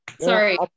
Sorry